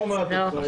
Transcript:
היא לא שומעת אותך.